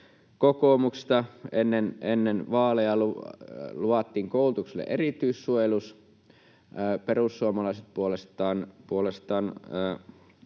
kokoomuksesta ennen vaaleja luvattiin koulutukselle erityissuojelus ja perussuomalaiset puolestaan